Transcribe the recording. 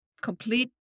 complete